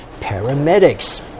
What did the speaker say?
paramedics